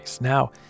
Now